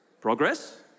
progress